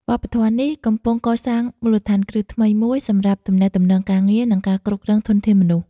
វប្បធម៌នេះកំពុងកសាងមូលដ្ឋានគ្រឹះថ្មីមួយសម្រាប់ទំនាក់ទំនងការងារ និងការគ្រប់គ្រងធនធានមនុស្ស។